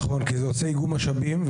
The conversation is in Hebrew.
נכון, כי זה עושה איגום משאבים.